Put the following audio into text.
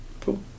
Cool